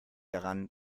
daran